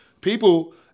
people